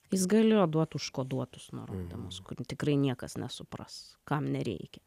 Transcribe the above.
jis galėjo duot užkoduotus nurodymus kurių tikrai niekas nesupras kam nereikia